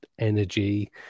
energy